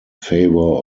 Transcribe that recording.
favor